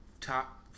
top